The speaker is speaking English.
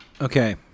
Okay